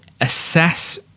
assess